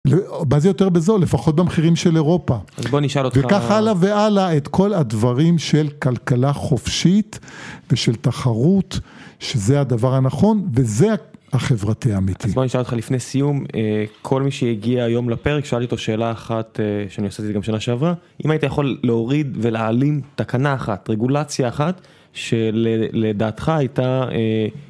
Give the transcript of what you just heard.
מה זה יותר בזול, לפחות במחירים של אירופה. אז בוא נשאל אותך... וכך הלאה והלאה, את כל הדברים של כלכלה חופשית ושל תחרות, שזה הדבר הנכון, וזה החברתי האמיתי. אז בוא נשאל אותך לפני סיום, כל מי שהגיע היום לפרק, שאלתי אותו שאלה אחת, שאני עשיתי את זה גם שנה שעברה, אם היית יכול להוריד ולהלין תקנה אחת, רגולציה אחת, שלדעתך הייתה...